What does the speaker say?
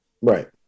right